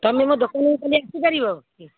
ତମେ ମୋ ଦୋକାନକୁ କାଲି ଆସିପାରିବ କି